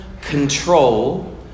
control